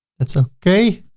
that's ah okay.